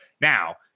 Now